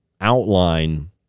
outline